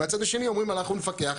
מצד שני אומרים אנחנו נפקח.